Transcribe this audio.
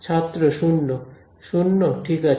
ছাত্র 0 শুন্য ঠিক আছে